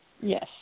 Yes